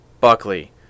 buckley